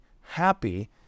happy